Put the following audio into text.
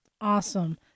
Awesome